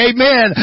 Amen